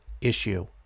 issue